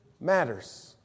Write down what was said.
matters